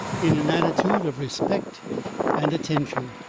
in an attitude of respect and attention.